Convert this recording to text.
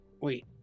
Wait